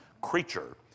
creature